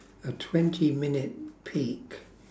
a twenty minute peek